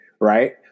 Right